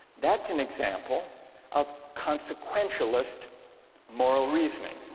that's an example of consequentialist moral reasoning.